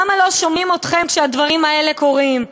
למה לא שומעים אתכם כשהדברים האלה קורים?